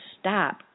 stop